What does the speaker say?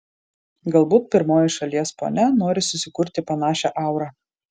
galbūt pirmoji šalies ponia nori susikurti panašią aurą